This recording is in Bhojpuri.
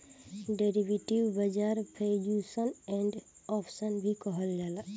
डेरिवेटिव बाजार फ्यूचर्स एंड ऑप्शन भी कहल जाला